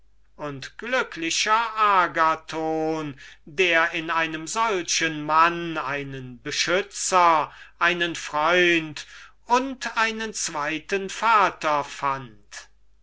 und glücklicher agathon der in einem solchen mann einen beschützer einen freund und einen zweiten vater fand